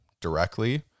directly